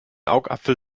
augapfel